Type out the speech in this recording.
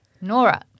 Nora